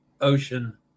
ocean